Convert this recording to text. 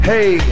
Hey